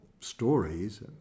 stories